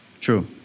True